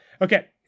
Okay